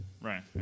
right